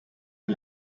que